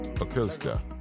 Acosta